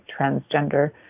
transgender